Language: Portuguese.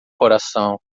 coração